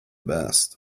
best